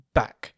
back